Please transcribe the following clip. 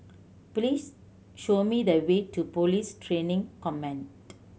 please show me the way to Police Training Command